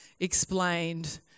explained